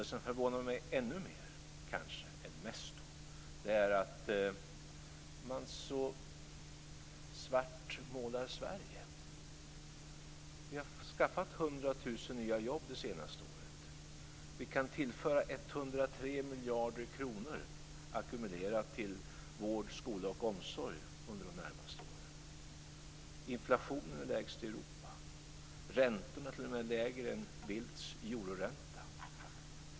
Det som förvånar mig ännu mer, kanske, är att man så svart målar Sverige. Vi har skaffat 100 000 nya jobb det senaste året. Vi kan tillföra 103 miljarder kronor ackumulerat till vård, skola och omsorg under de närmaste åren. Inflationen är lägst i Europa. Räntorna är t.o.m. lägre än Bildts euroränta.